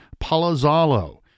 Palazzolo